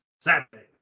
Saturday